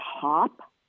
top